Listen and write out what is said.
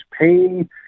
pain